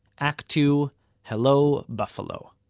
act two hello buffalo.